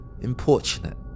importunate